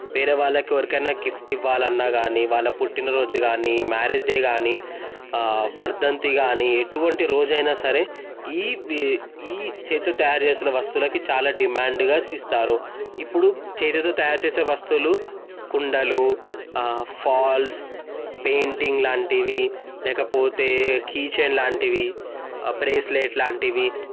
వేరే వాళ్ళకు ఎవరికన్నా గిఫ్ట్ ఇవ్వాలన్నా కానీ వాళ్ళ పుట్టినరోజుకానీ మ్యారేజ్ డే కానీ వర్ధంతి కానీ ఎటువంటి రోజైనా సరే ఈ ఈ చేతితో తయారు చేసిన వస్తువులకి చాలా డిమాండ్గా ఇస్తారు ఇప్పుడు చేతితో తయారు చేసే వస్తువులు కుండలు ఫాల్స్ పెయింటింగ్ లాంటివి లేకపోతే కీ చైన్ లాంటివి బ్రేస్లైట్ లాంటివి